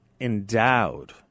endowed